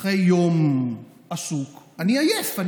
אחרי יום עסוק, אני עייף.